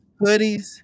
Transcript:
hoodies